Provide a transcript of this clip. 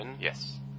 Yes